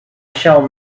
shall